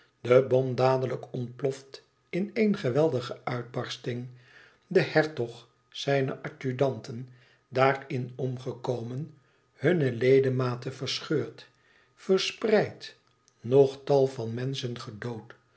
de bom dadelijk ontploft in één geweldige uitbarsting de hertog zijne adjudanten daarin omgekomen hunne ledematen verscheurd verspreid nog tal van menschen gedood